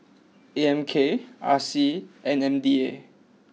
A M K R C and M D A